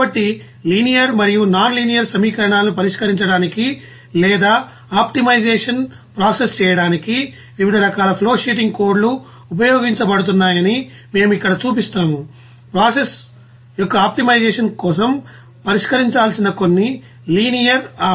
కాబట్టి లినియర్ మరియు non linear సమీకరణాలను పరిష్కరించడానికి లేదా ఆప్టిమైజేషన్ ప్రాసెస్ చేయడానికి వివిధ రకాల ఫ్లోషీటింగ్ కోడ్లు ఉపయోగించబడుతున్నాయని మేము ఇక్కడ చూపిస్తాము ప్రాసెస్ యొక్క ఆప్టిమైజేషన్ కోసం పరిష్కరించాల్సిన కొన్ని లినియర్ మరియు నాన్ లీనియర్ సమీకరణాలు కూడా ఉన్నాయని మీరు గమనించవచ్చు